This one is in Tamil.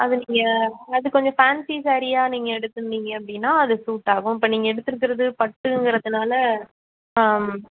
அது நீங்கள் அது கொஞ்சம் ஃபேன்ஸி சாரீயாக நீங்கள் எடுத்துருந்தீங்க அப்படின்னா அது சூட்டாகும் இப்போ நீங்கள் எடுத்துருக்கிறது பட்டுங்குறதுனால ஆம்